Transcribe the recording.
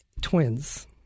Twins